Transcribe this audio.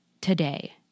today